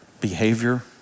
behavior